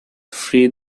free